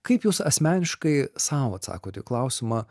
kaip jūs asmeniškai sau atsakot į klausimą